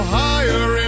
higher